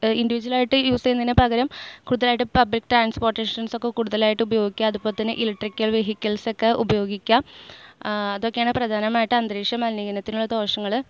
individual ആയിട്ട് use ചെയ്യുന്നതിന് പകരം കൂടുതലായിട്ട് പബ്ലിക് ട്രാൻസ്പോർട്ടേഷൻസ് ഒക്കെ കൂടുതലായിട്ട് ഉപയോഗിക്കുക അതുപോലെ തന്നെ ഇലക്ട്രിക്കൽ വെഹിക്കിൾസ് ഒക്കെ ഉപയോഗിക്കുക അതൊക്കെയാണ് പ്രധാനമായിട്ട് അന്തരീക്ഷ മലിനീകരണത്തിനുള്ള ദോഷങ്ങൾ